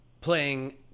playing